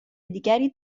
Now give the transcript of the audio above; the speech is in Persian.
دیگری